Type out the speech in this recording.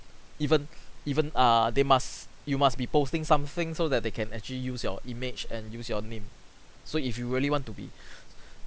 even even err they must you must be posting something so that they can actually use your image and use your name so if you really want to be